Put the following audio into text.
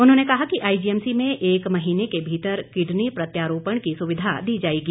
उन्होंने कहा कि आईजीएमसी में एक महीने के भीतर किडनी प्रत्यारोपण की सुविधा दी जाएगी